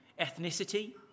ethnicity